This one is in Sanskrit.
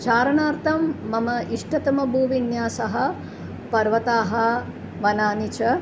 चारणार्थं मम इष्टतम भूविन्यासः पर्वताः वनानि च